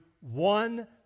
one